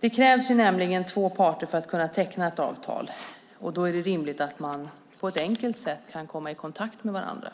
Det krävs nämligen två parter för att teckna ett avtal. Då är det rimligt att man på ett enkelt sätt kan komma i kontakt med varandra.